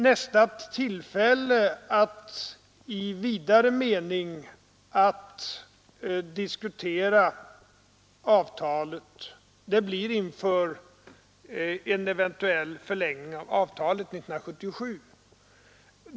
Nästa tillfälle att i vidare mening diskutera avtalet blir när frågan om en eventuell förlängning av avtalet kommer upp 1977.